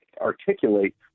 articulate